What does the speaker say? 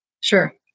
sure